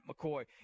McCoy